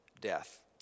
Death